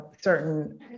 certain